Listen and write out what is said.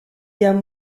guerre